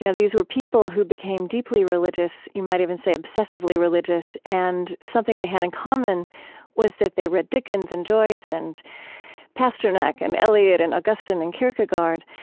you know these were people who became deeply religious, you might even say obsessively religious, and something they had in common was that they read dinkens and joyce and pasternak and eliot and augustine and kierkegaard.